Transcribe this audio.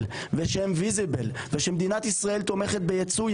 ושהן גלויות ושמדינת ישראל תומכת בייצוא,